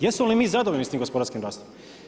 Jesmo li mi zadovoljni s tim gospodarskim rastom?